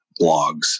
blogs